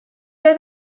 oedd